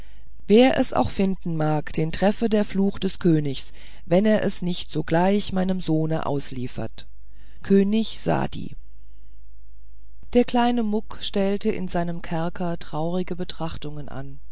wer es auch finden mag den treffe der fluch seines königs wenn er es nicht sogleich meinem sohne ausliefert könig sadi der kleine muck stellte in seinem kerker traurige betrachtungen an